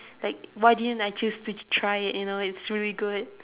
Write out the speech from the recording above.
like why didn't I choose to try it you know it's really good